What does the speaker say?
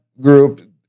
group